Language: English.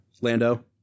Lando